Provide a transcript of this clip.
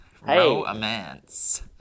romance